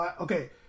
Okay